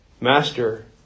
master